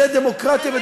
זה דמוקרטיה,